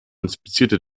inspizierte